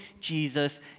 Jesus